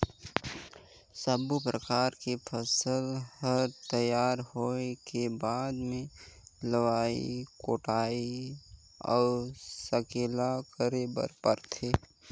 सब्बो परकर के फसल हर तइयार होए के बाद मे लवई टोराई अउ सकेला करे बर परथे